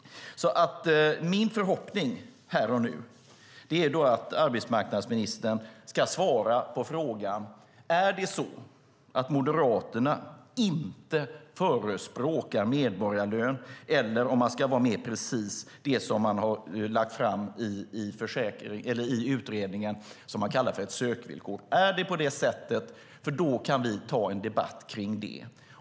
Min förhoppning här och nu är att arbetsmarknadsministern ska svara på frågan: Är det så att Moderaterna inte förespråkar medborgarlön, eller om man ska vara mer precis, det som man har lagt fram förslag om i utredningen och som man kallar för ett sökvillkor? Är det på det sättet? Då kan vi ta en debatt kring det.